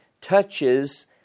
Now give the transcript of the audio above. touches